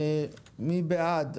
מי בעד?